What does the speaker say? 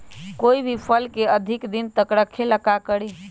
कोई भी फल के अधिक दिन तक रखे के ले ल का करी?